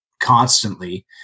constantly